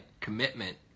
commitment